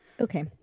Okay